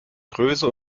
größe